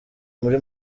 muri